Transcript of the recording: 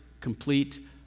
complete